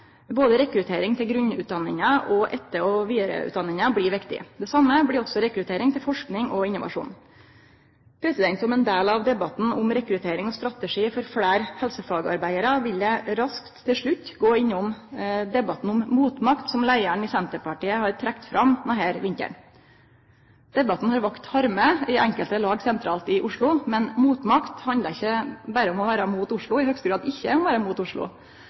Rekruttering både til grunnutdanninga og etter- og vidareutdanninga blir viktig. Det same blir òg rekruttering til forsking og innovasjon. Som ein del av debatten om rekruttering og strategi for fleire helsefagarbeidarar vil eg raskt til slutt gå innom debatten om «motmakt», som leiaren i Senterpartiet har trekt fram denne vinteren. Debatten har vakt harme i enkelte lag sentralt i Oslo, men motmakt handlar ikkje berre om å vere mot Oslo – i høgaste grad ikkje om å vere mot Oslo